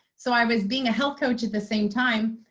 so i was being a health coach at the same time.